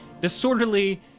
disorderly